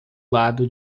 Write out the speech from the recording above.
lado